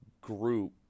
group